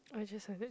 I just like that